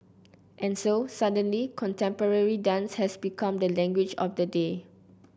and so suddenly contemporary dance has become the language of the day